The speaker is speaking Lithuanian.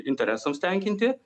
interesams tenkinti